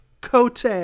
cote